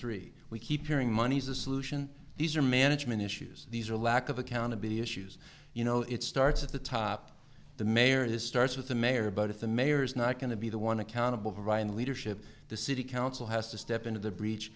three we keep hearing money is a solution these are management issues these are lack of accountability issues you know it starts at the top the mayor is starts with the mayor but if the mayor is not going to be the one accountable for ryan leadership the city council has to step into the breach